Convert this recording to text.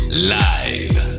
Live